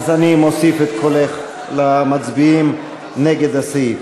אז אני מוסיף את קולך למצביעים נגד הסעיף.